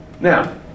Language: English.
Now